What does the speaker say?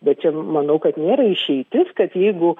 bet čia manau kad nėra išeitis kad jeigu